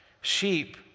Sheep